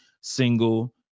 single